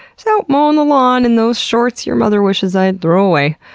so mowing the lawn in those shorts your mother wishes i'd throw away,